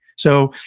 so,